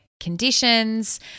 conditions